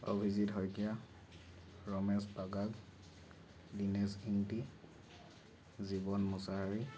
Abhijit Saikia Ramesh Pagag Dinesh Ingti Jiwan Mushahary